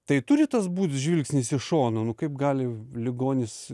tai turi tas būt žvilgsnis iš šono nu kaip gali ligonis